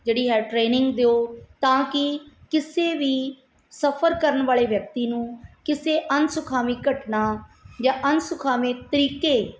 ਜਿਹੜੀ ਹੈ ਟ੍ਰੇਨਿੰਗ ਦਿਓ ਤਾਂ ਕਿ ਕਿਸੇ ਵੀ ਸਫ਼ਰ ਕਰਨ ਵਾਲੇ ਵਿਅਕਤੀ ਨੂੰ ਕਿਸੇ ਅਣਸੁਖਾਵੀ ਘਟਨਾ ਜਾਂ ਅਨਸੁਖਾਵੇ ਤਰੀਕੇ